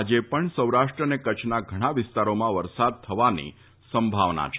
આજે પણ સૌરાષ્ટ્ર અને કચ્છના ઘણા વિસ્તારોમાં વરસાદ થવાની સંભાવના છે